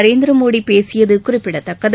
நரேந்திரமோடி பேசியது குறிப்பிடத்தக்கது